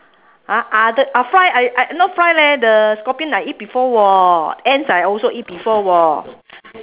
!huh! other ah fly I no fly leh the scorpion I eat before [wor] ants I also eat before [wor]